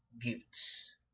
gifts